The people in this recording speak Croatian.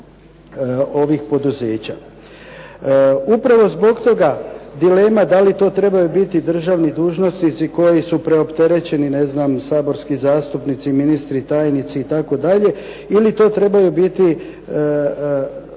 vlasnik ovih poduzeća? Upravo zbog toga dilema da li to trebaju biti državni dužnosnici koji su preopterećeni, saborski zastupnici, ministri i tajnici itd. ili to trebaju biti